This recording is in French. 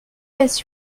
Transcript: pas